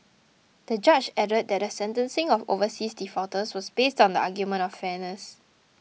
the judge added that the sentencing of overseas defaulters was based on the argument of fairness